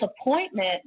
appointment